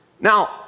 now